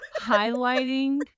highlighting